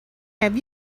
have